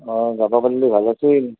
অঁ যাব পাৰিলে ভাল আছিল